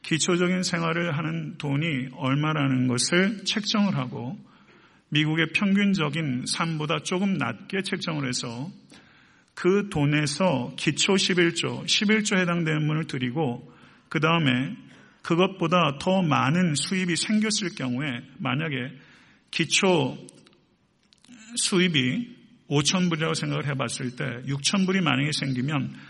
기초적인 생활을 하는 돈이 얼마라는 것을 책정을 하고 미국의 평균적인 삶보다 조금 낮게 책정을 해서 그 돈에서 기초 십일조, 십일조에 해당되는 분을 드리고 그다음에 그것보다 더 많은 수입이 생겼을 경우에 만약에 기초 수입이 5,000불이라고 생각을 해봤을 때 6,000불이 만약에 생기면